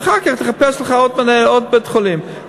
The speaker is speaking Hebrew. ואחר כך תחפש לך עוד בית-חולים.